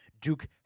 Duke